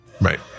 Right